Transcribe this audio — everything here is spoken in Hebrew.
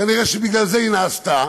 וכנראה בגלל זה היא נעשתה,